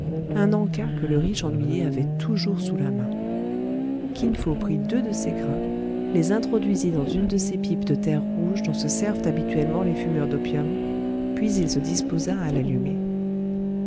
un en-cas que le riche ennuyé avait toujours sous la main kin fo prit deux de ces grains les introduisit dans une de ces pipes de terre rouge dont se servent habituellement les fumeurs d'opium puis il se disposa à l'allumer